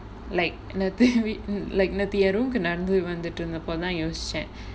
like நேத்து:nethu like நேத்து என்:nethu en room நடந்து வந்துட்டு இருந்தப்பதான் யோசிச்சேன்:nadanthu vanthuttu irunthappathaan yosichaen